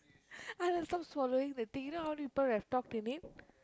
Anand stop swallowing the thing you know how people have talked in it